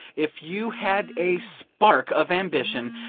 if you had a spark of ambition,